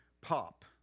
Pop